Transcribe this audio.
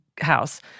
house